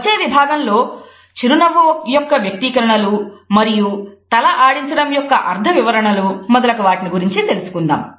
వచ్చే విభాగంలో చిరునవ్వు యొక్క వ్యక్తీకరణలు మరియు తల ఆడించడం యొక్క అర్ధ వివరణలు మొదలగు వాటి గురించి తెలుసుకుందాము